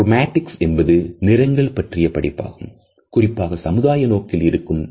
chromatics என்பது நிறங்கள் பற்றிய படிப்பாகும் குறிப்பாக சமுதாய நோக்கில் இருக்கும்